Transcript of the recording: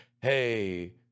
Hey